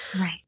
Right